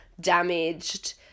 damaged